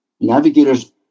Navigators